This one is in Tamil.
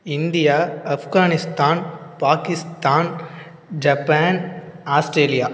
India Afghanistan Pakistan Japan Australia